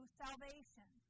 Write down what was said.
salvation